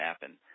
happen